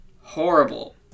horrible